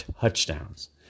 touchdowns